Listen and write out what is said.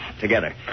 Together